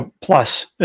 plus